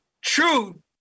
true